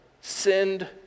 Send